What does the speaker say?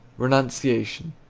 renunciation.